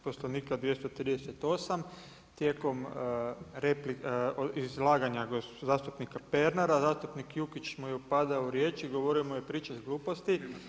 Poslovnika 238. tijekom izlaganja zastupnika Pernara, zastupnik Jukić mu je upadao u riječ, govorio mu je nemoj pričati gluposti.